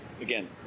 again